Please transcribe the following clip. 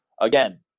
again